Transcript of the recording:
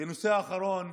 ונושא אחרון,